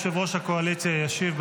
יושב-ראש הקואליציה ישיב.